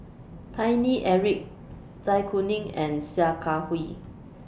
Paine Eric Zai Kuning and Sia Kah Hui